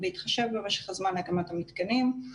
ובהתחשב במשך הזמן להקמת המתקנים.